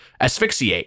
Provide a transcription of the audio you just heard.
asphyxiate